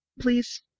please